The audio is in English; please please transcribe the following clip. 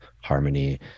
harmony